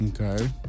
Okay